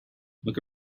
look